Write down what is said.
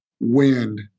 wind